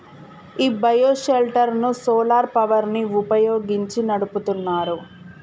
ఈ bio shelter ను solar power ని వుపయోగించి నడుపుతున్నారు